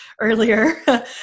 earlier